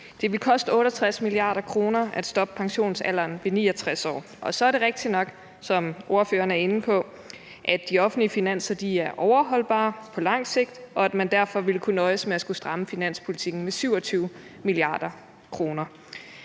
Det vil koste 68 mia. kr. at stoppe pensionsalderen ved 69 år. Så er det rigtigt nok, som ordføreren er inde på, at de offentlige finanser er overholdbare på lang sigt, og at man derfor ville kunne nøjes med at skulle stramme finanspolitikken med 27 mia. kr.,